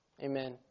Amen